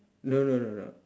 no no no no